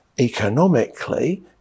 economically